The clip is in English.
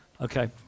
okay